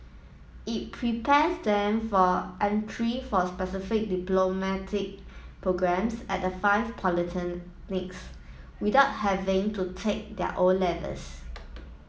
it prepares them for entry for specific diplomatic programmes at the five polytechnics without having to take their O levels